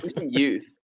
Youth